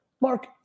Mark